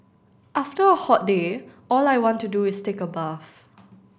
after a hot day all I want to do is take a bath